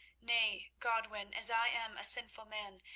nay, godwin, as i am a sinful man,